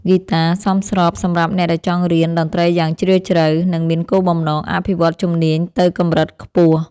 ហ្គីតាសមស្របសម្រាប់អ្នកដែលចង់រៀនតន្ត្រីយ៉ាងជ្រាលជ្រៅ និងមានគោលបំណងអភិវឌ្ឍជំនាញទៅកម្រិតខ្ពស់។